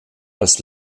als